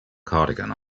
cardigan